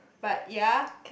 but ya